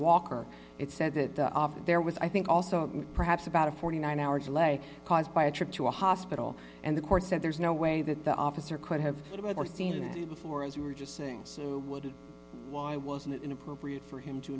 walker it said that there was i think also perhaps about a forty nine hours lay caused by a trip to a hospital and the court said there's no way that the officer could have seen it before as we were just saying why wasn't it inappropriate for him to